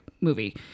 movie